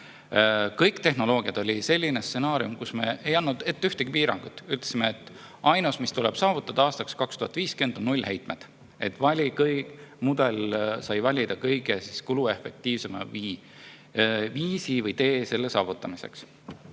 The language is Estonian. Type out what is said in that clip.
"Kõik tehnoloogiad" oli selline stsenaarium, kus me ei andnud ette ühtegi piirangut, ütlesime, et ainus, mis tuleb saavutada aastaks 2050, on nullheide. Sai valida kõige kuluefektiivsema viisi või tee selle saavutamiseks.